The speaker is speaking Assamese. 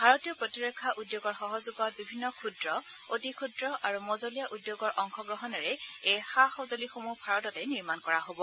ভাৰতীয় প্ৰতিৰক্ষা উদ্যোগৰ সহযোগত বিভিন্ন ক্ষুদ্ৰ অতি ক্ষুদ্ৰ আৰু মজলীয়া উদ্যোগৰ অংশগ্ৰহণেৰে এই সা সঁজুলিসমূহ ভাৰততে নিৰ্মাণ কৰা হ'ব